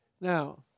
Now